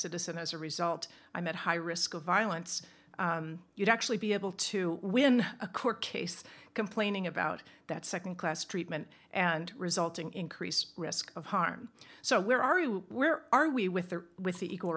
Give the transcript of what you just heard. citizen as a result i'm at high risk of violence you'd actually be able to win a court case complaining about that second class treatment and resulting increased risk of harm so where are you where are we with the with the equal